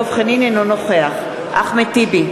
אינו נוכח אחמד טיבי,